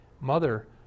Mother